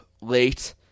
late